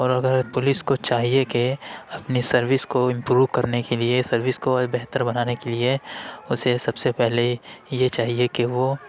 اور اگر پولیس کو چاہیے کہ اپنی سروس کو امپروو کرنے کے لیے سروس کو بہتر بنانے کے لیے اسے سب سے پہلے یہ چاہیے کہ وہ